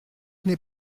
n’est